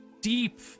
deep